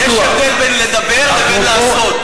יש הבדל בין לדבר לבין לעשות.